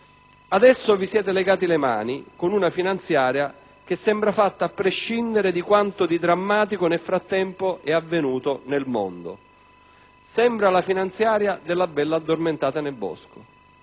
Adesso vi siete legati le mani con una finanziaria che sembra fatta a prescindere da quanto di drammatico nel frattempo è avvenuto nel mondo. Sembra la finanziaria de «La Bella addormentata nel bosco»,